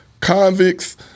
convicts